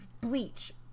Bleach